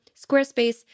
Squarespace